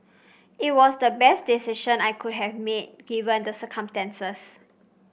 it was the best decision I could have made given the circumstances